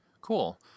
Cool